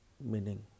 meaning